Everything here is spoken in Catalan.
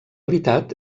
veritat